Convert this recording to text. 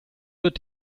wird